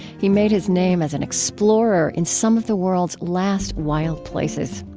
he made his name as an explorer in some of the world's last wild places.